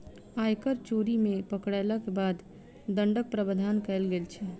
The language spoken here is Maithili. आयकर चोरी मे पकड़यलाक बाद दण्डक प्रावधान कयल गेल छै